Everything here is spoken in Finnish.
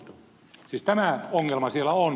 siis tämä ongelma siellä on